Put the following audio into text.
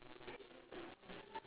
we have eleven